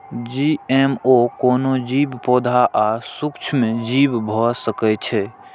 GMO कोनो जीव, पौधा आ सूक्ष्मजीव भए सकै छै